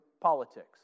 politics